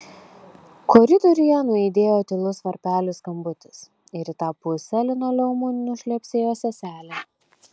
koridoriuje nuaidėjo tylus varpelio skambutis ir į tą pusę linoleumu nušlepsėjo seselė